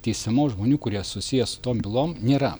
teisiamų žmonių kurie susiję su tom bylom nėra